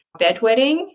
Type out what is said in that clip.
bedwetting